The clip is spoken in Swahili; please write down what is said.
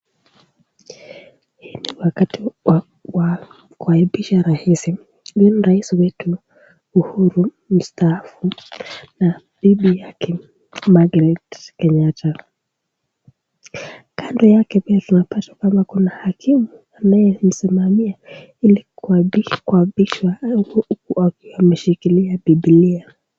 Hii ni wakati wa kuapisha rais, huyu rais wetu Uhuru mustaafu, na bibi yake Margaret Kenyata, kando yake tunapata pia kuna hakimu, anaye msimamia ili kuapishwa alafu akiwa ameshikilia bibilia.